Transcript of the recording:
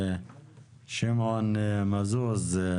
שמעון מזוז,